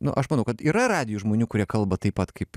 nu aš manau kad yra radijuj žmonių kurie kalba taip pat kaip